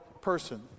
person